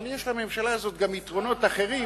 אבל יש לממשלה הזאת יתרונות אחרים.